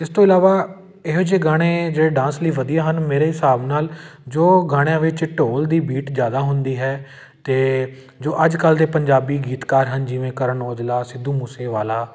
ਇਸ ਤੋਂ ਇਲਾਵਾ ਇਹੋ ਜਿਹੇ ਗਾਣੇ ਜਿਹੜੇ ਡਾਂਸ ਲਈ ਵਧੀਆ ਹਨ ਮੇਰੇ ਹਿਸਾਬ ਨਾਲ਼ ਜੋ ਗਾਣਿਆਂ ਵਿੱਚ ਢੋਲ ਦੀ ਬੀਟ ਜ਼ਿਆਦਾ ਹੁੰਦੀ ਹੈ ਅਤੇ ਜੋ ਅੱਜ ਕੱਲ੍ਹ ਦੇ ਪੰਜਾਬੀ ਗੀਤਕਾਰ ਹਨ ਜਿਵੇਂ ਕਰਨ ਔਜਲਾ ਸਿੱਧੂ ਮੂਸੇਵਾਲਾ